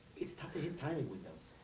it's tough to hit timing windows.